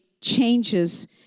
changes